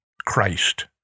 Christ